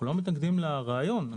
אנחנו לא מתנגדים לרעיון.